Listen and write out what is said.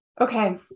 Okay